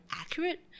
accurate